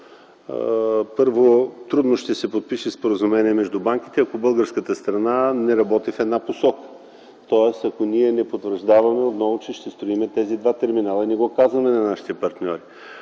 Първо, трудно ще се подпише споразумение между банките, ако българската страна не работи в една посока. Тоест, ако ние не потвърждаваме отново, че ще строим тези два терминала и не го казваме на нашите партньори.